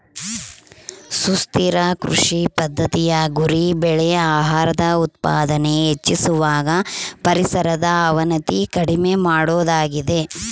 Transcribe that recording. ಸುಸ್ಥಿರ ಕೃಷಿ ಪದ್ದತಿಯ ಗುರಿ ಬೆಳೆ ಆಹಾರದ ಉತ್ಪಾದನೆ ಹೆಚ್ಚಿಸುವಾಗ ಪರಿಸರದ ಅವನತಿ ಕಡಿಮೆ ಮಾಡೋದಾಗಿದೆ